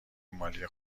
مالی